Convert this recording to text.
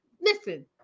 listen